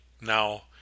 now